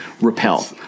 repel